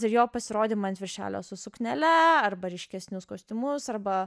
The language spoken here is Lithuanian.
ir jo pasirodymą ant viršelio su suknele arba ryškesnius kostiumus arba